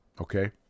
okay